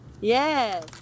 Yes